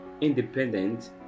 independent